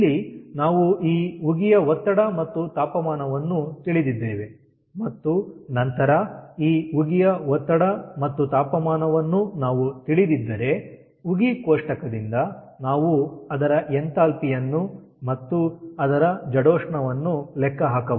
ಇಲ್ಲಿ ನಾವು ಈ ಉಗಿಯ ಒತ್ತಡ ಮತ್ತು ತಾಪಮಾನವನ್ನು ತಿಳಿದಿದ್ದೇವೆ ಮತ್ತು ನಂತರ ಈ ಉಗಿಯ ಒತ್ತಡ ಮತ್ತು ತಾಪಮಾನವನ್ನು ನಾವು ತಿಳಿದಿದ್ದರೆ ಉಗಿ ಕೋಷ್ಟಕದಿಂದ ನಾವು ಅದರ ಎಂಥಾಲ್ಪಿ ಯನ್ನು ಮತ್ತು ಅದರ ಜಡೋಷ್ಣವನ್ನು ಲೆಕ್ಕ ಹಾಕಬಹುದು